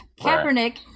Kaepernick